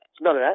none